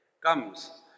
comes